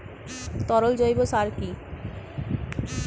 তরল জৈব সার কি?